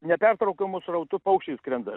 nepertraukiamu srautu paukščiai skrenda